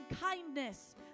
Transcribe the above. kindness